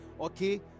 okay